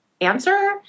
answer